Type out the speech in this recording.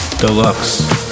Deluxe